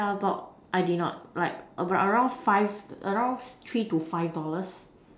ya but I did not like around five around three to five dollars